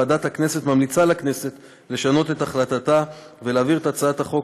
ועדת הכנסת ממליצה לכנסת לשנות את החלטתה ולהעביר את הצעת חוק